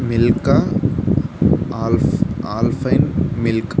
milk alp alpine milk